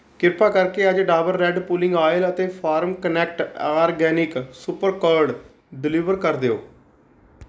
ਕਿਰਪਾ ਕਰਕੇ ਅੱਜ ਡਾਬਰ ਰੈੱਡ ਪੁਲਿੰਗ ਆਇਲ ਅਤੇ farm connect organic super curd deliver ਕਰ ਦਿਓ